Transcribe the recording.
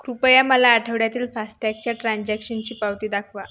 कृपया मला आठवड्यातील फास्टॅगच्या ट्रान्झॅक्शनची पावती दाखवा